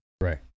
right